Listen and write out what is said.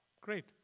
great